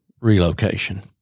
relocation